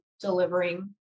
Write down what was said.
delivering